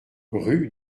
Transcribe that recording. rue